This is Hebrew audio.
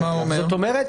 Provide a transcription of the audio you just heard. כלומר,